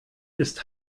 ist